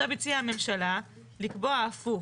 הציעה הממשלה לקבוע הפוך.